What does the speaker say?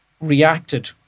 reacted